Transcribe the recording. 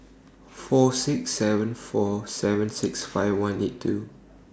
four six seven four seven six five one eight two